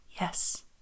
yes